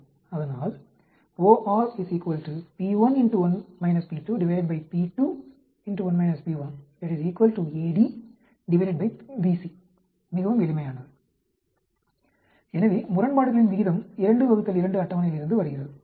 அதனால் மிகவும் எளிமையானது எனவே முரண்பாடுகளின் விகிதம் 2 2 அட்டவணையில் இருந்து வருகிறது